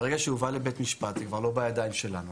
ברגע שהוא הובא לבית משפט, זה כבר לא בידיים שלנו.